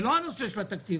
זה לא הנושא של התקציב.